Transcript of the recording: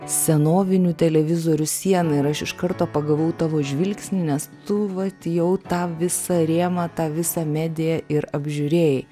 senovinių televizorių sieną ir aš iš karto pagavau tavo žvilgsnį nes tu vat jau tą visą rėmą tą visą mediją ir apžiūrėjai